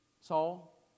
Saul